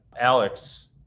Alex